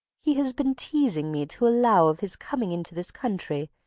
he has been teazing me to allow of his coming into this country,